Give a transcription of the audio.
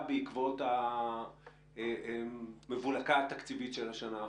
בעקבות המבולקה התקציבית של השנה האחרונה?